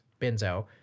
benzo